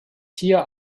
hier